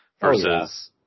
versus